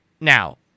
Now